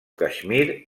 caixmir